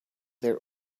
their